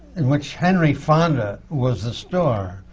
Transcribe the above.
in which henry fonda was the star.